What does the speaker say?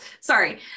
Sorry